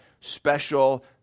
special